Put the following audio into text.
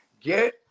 get